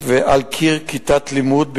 על קיר כיתת לימוד,